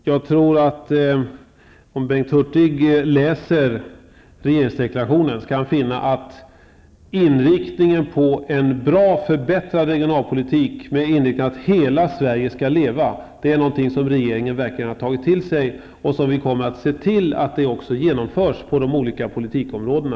Herr talman! Om Bengt Hurtig läser regeringsdeklarationen skall han finna att inriktningen på en förbättrad regionalpolitik och på att hela Sverige skall leva är något som regeringen verkligen har tagit till sig, och vi kommer också att se till att det genomförs på de olika politikområdena.